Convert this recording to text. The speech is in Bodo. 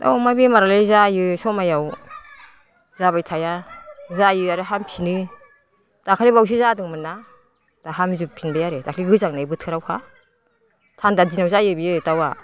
दाउ अमा बेमारालाय जायो समाव जाबाय थाया जायो आरो हामफिनो दाखालि बावैसो जादोंमोनना दा हामजोबफिनबाय आरो दाखालि गोजांनाय बोथोरावहाय थान्दा दिनाव जायो बियो दाउआ